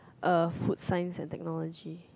uh food science and technology